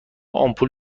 آمپول